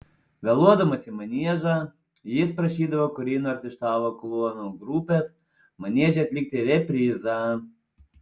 vėluodamas į maniežą jis prašydavo kurį nors iš savo klounų grupės manieže atlikti reprizą